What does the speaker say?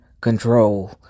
control